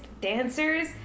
dancers